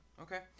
Okay